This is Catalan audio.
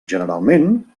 generalment